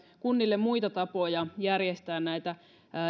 kunnille muita tapoja järjestää näitä